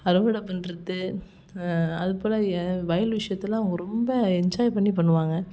அறுவடை பண்ணுறது அதுப்போல் வயல் விஷயத்தில் அவங்க ரொம்ப என்ஜாய் பண்ணி பண்ணுவாங்க